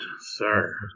sir